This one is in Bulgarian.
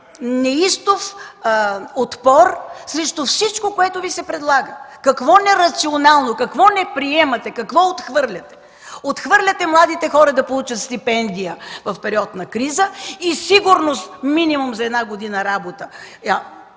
неистов отпор срещу всичко, което Ви се предлага?! Какво нерационално е? Какво не приемате, какво отхвърляте? Отхвърляте младите хора да получат стипендия в период на криза и сигурност минимум за две години работа.